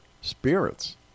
spirits